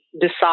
decide